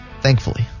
Thankfully